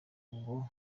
ngo